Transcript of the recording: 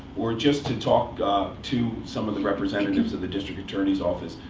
or just to talk to some of the representatives of the district attorney's office,